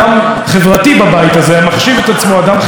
המחשיב את עצמו אדם חברתי ולא מתנשא,